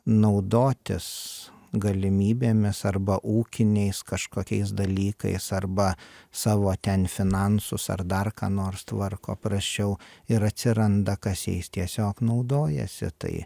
naudotis galimybėmis arba ūkiniais kažkokiais dalykais arba savo ten finansus ar dar ką nors tvarko prasčiau ir atsiranda kas jais tiesiog naudojasi tai